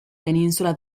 península